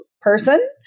person